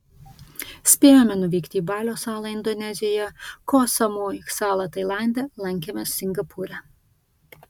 spėjome nuvykti į balio salą indonezijoje koh samui salą tailande lankėmės singapūre